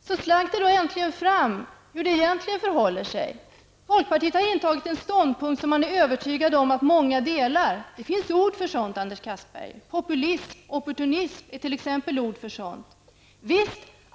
Så kom det då äntligen fram hur det egentligen förhåller sig. Folkpartiet har intagit en ståndpunkt som man är övertygad om att många delar. Det finns ord för sådant Anders Castberger, t.ex. populism och opportunism.